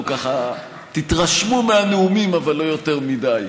ככה: תתרשמו מהנאומים אבל לא יותר מדי,